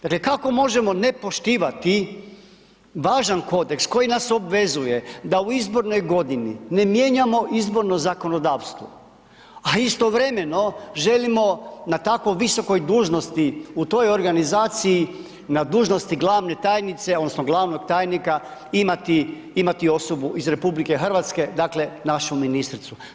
Dakle, kako možemo ne poštivati važan kodeks koji nas obvezuje da u izbornoj godini ne mijenjamo izborno zakonodavstvo, a istovremeno želimo na takvoj visokoj dužnosti u toj organizaciji na dužnost glavne tajnice odnosno glavnog tajnika, imati, imati osobu iz Republike Hrvatske, dakle našu ministricu.